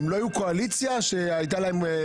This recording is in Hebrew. הם לא היו קואליציה שהיה לה רוב?